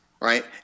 right